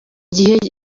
gihe